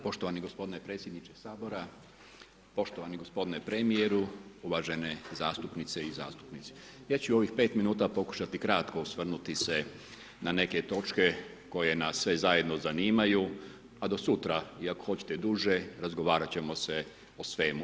Poštovani gospodine Predsjedniče Sabora, poštovani gospodine Premijeru, uvažene zastupnice i zastupnici, ja ću u ovih 5 minuta pokušati kratko osvrnuti se na neke točke koje nas sve zajedno zanimaju a do sutra, iako hoćete duže razgovarat ćemo se o svemu.